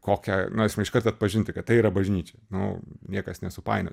kokią na pasme iš karto atpažinti kad tai yra bažnyčia nu niekas nesupainios